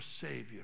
Savior